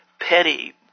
petty